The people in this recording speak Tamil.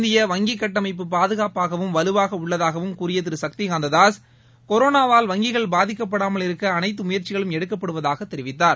இந்திய வங்கிக் கட்டமைப்பு பாதுகாப்பாகவும் வலுவாக உள்ளதாகவும் கூறிய திரு ஷக்தி கந்ததாஸ் கொரோனாவால் வங்கிகள் பாதிக்கப்படாமல் இருக்க அனைத்து முயந்சிகளும் எடுக்கப்படுவதாக தெரிவித்தார்